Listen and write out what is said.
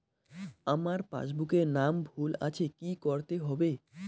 আমার পাসবুকে নাম ভুল আছে কি করতে হবে?